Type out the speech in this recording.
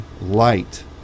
Light